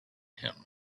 him